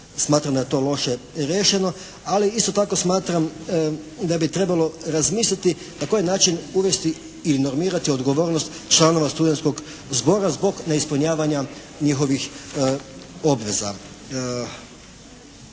smatram da je to loše riješeno. Ali isto tako smatram da bi trebalo razmisliti na koji način uvesti i normirati odgovornost članova studentskog zbora zbog neispunjavanja njihovih obveza.